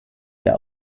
der